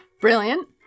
Brilliant